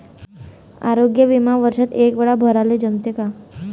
आरोग्य बिमा वर्षात एकवेळा भराले जमते का?